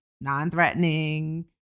non-threatening